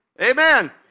Amen